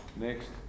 next